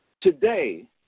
today